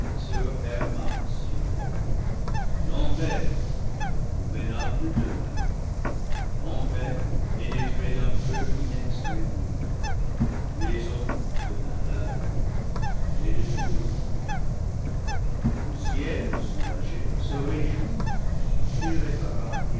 se referma sur eux l'enfer leur convenable demeure l'enfer pénétré d'un feu inextingui ble maison de malheur et de tourment le ciel soulagé se ré